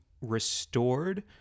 restored